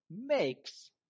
makes